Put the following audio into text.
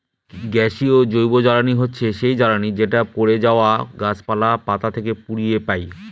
গ্যাসীয় জৈবজ্বালানী হচ্ছে সেই জ্বালানি যেটা পড়ে যাওয়া গাছপালা, পাতা কে পুড়িয়ে পাই